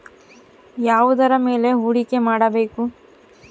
ಯಾವುದರ ಮೇಲೆ ಹೂಡಿಕೆ ಮಾಡಬೇಕು?